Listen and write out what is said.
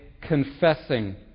confessing